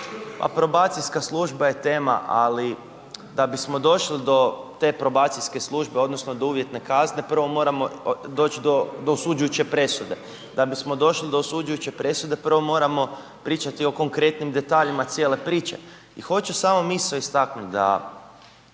probacijska služba je tema, ali da bismo došli do te probacijske službe odnosno do uvjetne kazne prvo moramo doći do osuđujuće presude. Da bismo došli do osuđujuće presude prvo moramo pričati o konkretnim detaljima cijele priče i hoću samo misao istaknuti da